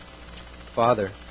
Father